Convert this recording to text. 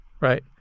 right